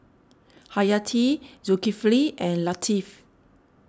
Hayati Zulkifli and Latif